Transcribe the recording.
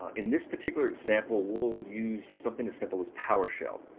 in this particular example, we'll use something as simple as powershell.